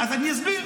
אז אני אסביר.